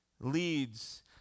leads